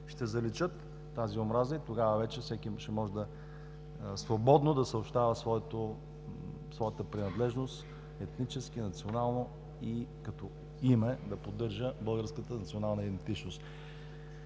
ще заличат тази омраза и тогава вече всеки ще може свободно да съобщава своята принадлежност етнически, национално и като име да поддържа българската национална идентичност.